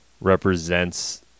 represents